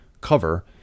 cover